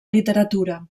literatura